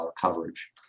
coverage